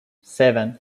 seven